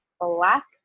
black